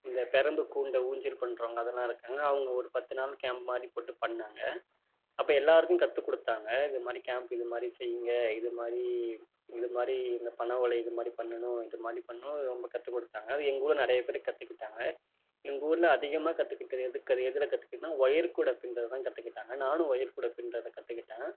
இந்த பிரம்பு கூண்டில் ஊஞ்சல் பண்ணுறவங்க அதெலாம் இருக்காங்க அவங்க ஒரு பத்துநாள் கேம்ப் மாதிரி போட்டு பண்ணாங்க அப்போ எல்லாருக்கும் கற்றுக்குடுத்தாங்க இதமாதிரி கேம்ப் இதமாதிரி செய்ங்க இதமாரி இதமாரி இந்த பனஓலை இதமாதிரி பண்ணனும் இதமாதிரி பண்ணும் ரொம்ப கற்றுக்குடுத்தாங்க எங்கூரில் நிறைய பேர் கற்றுக்கிட்டாங்க எங்கூரில் அதிகமாக கற்றுக்கிட்டது எது எதில் கற்றுக்கிட்டதுன்னா ஒயர்க்கூடை பின்னுறதுதான் கற்றுக்கிட்டாங்க நானும் ஒயர்க்கூடை பின்னுறதுத கற்றுக்கிட்டேன்